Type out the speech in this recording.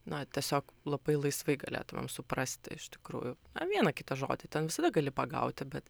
na tiesiog labai laisvai galėtumėm suprasti iš tikrųjų a vieną kitą žodį ten visada gali pagauti bet